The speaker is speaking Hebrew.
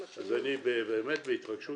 בהתרגשות